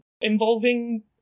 involving